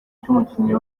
cy’umukinnyi